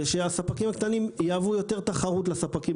זה שהספקים הקטנים יהוו יותר תחרות לספקים